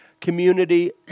community